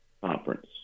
conference